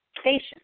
station